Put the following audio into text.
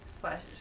Flash